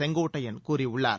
செங்கோட்டையன் கூறியுள்ளார்